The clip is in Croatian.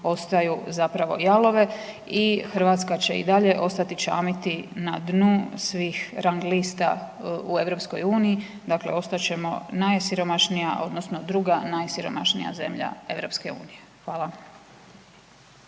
ostaju zapravo jalove i Hrvatska će i dalje ostati čamiti na dnu svih rang lista u EU, dakle ostat ćemo najsiromašnija odnosno druga najsiromašnija zemlja EU-a. Hvala.